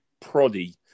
proddy